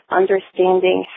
understanding